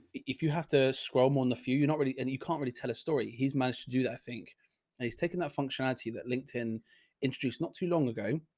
if you have to scroll more on the few, you're not really, and you can't really tell a story. he's managed to do that, i think, and he's taken that functionality that linkedin introduced not too long ago.